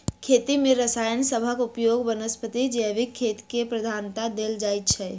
खेती मे रसायन सबहक उपयोगक बनस्पैत जैविक खेती केँ प्रधानता देल जाइ छै